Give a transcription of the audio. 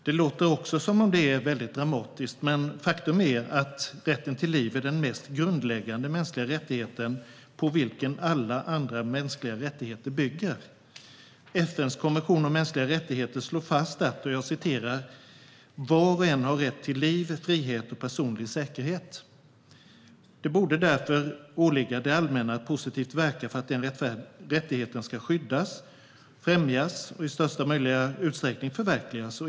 Det låter också väldigt dramatiskt, men faktum är att rätten till liv är den mest grundläggande mänskliga rättigheten på vilken alla andra mänskliga rättigheter bygger. FN:s konvention om mänskliga rättigheter slår fast att "var och en har rätt till liv, frihet och personlig säkerhet". Det borde därför åligga det allmänna att positivt verka för att den rättigheten ska skyddas, främjas och i största möjliga utsträckning förverkligas.